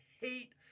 hate